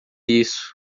isso